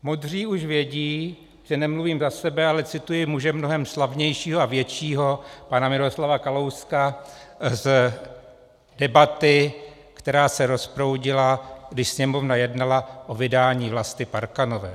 Modří už vědí, že nemluvím za sebe, ale cituji muže mnohem slavnějšího a většího pana Miroslava Kalouska z debaty, která se rozproudila, když Sněmovna jednala o vydání Vlasty Parkanové.